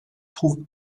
trouve